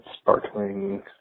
sparkling